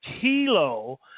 kilo